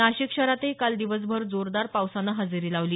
नाशिक शहरातही काल दिवसभर जोरदार पावसानं हजेरी लावली